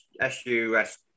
S-U-S